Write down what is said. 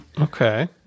Okay